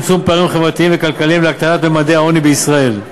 משמש כלי לצמצום פערים חברתיים וכלכליים ולהקטנת ממדי העוני בישראל,